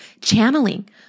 channeling